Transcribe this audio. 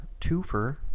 twofer